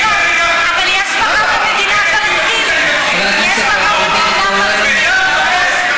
אבל יש לך מדינה פלסטינית, חבר הכנסת עודד פורר.